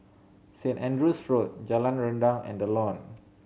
Saint Andrew's Road Jalan Rendang and The Lawn